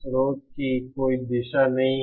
स्रोत की कोई दिशा नहीं है